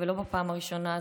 ולא בפעם הראשונה,